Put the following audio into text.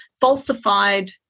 falsified